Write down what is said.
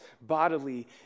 bodily